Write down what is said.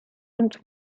und